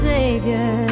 Savior